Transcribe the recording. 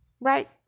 right